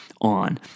on